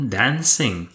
dancing